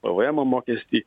pvmo mokestį